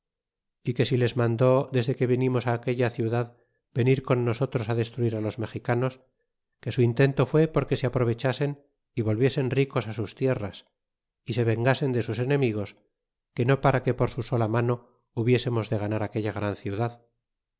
y que si les mandó desde que venimos aquella ciudad venir con nosotros destruir los mexicanos que su intento fue porque se aprovechasen y volviesen ricos sus tierras y se vengasen de sus enemigos que no para que por su sola mano hubiésemos de ganar aquella gran ciudad